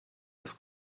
dass